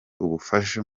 ubufasha